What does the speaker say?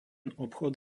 obchod